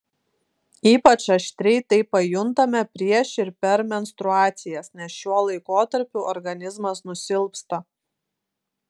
ypač aštriai tai pajuntame prieš ir per menstruacijas nes šiuo laikotarpiu organizmas nusilpsta